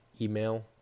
email